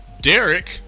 Derek